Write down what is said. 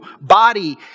body